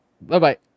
Bye-bye